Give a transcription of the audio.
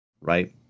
Right